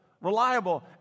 reliable